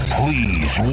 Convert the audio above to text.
please